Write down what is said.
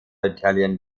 italian